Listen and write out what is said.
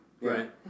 Right